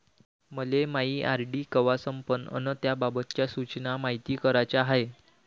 मले मायी आर.डी कवा संपन अन त्याबाबतच्या सूचना मायती कराच्या हाय